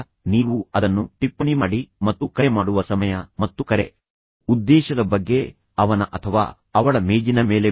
ಆದ್ದರಿಂದ ನೀವು ಅದನ್ನು ಟಿಪ್ಪಣಿ ಮಾಡಿ ಮತ್ತು ಕರೆ ಮಾಡುವ ಸಮಯ ಮತ್ತು ಕರೆ ಉದ್ದೇಶದ ಬಗ್ಗೆ ಅವನ ಅಥವಾ ಅವಳ ಮೇಜಿನ ಮೇಲೆ ಬಿಡಿ